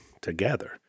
together